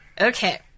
Okay